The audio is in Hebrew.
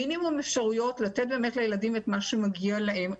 מינימום אפשרויות לתת באמת לילדים את מה שמגיע להם,